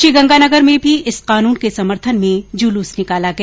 श्रीगंगानगर में भी इस कानून के समर्थन में जुलूस निकाला गया